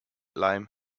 lyme